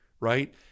Right